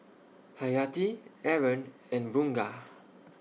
Hayati Aaron and Bunga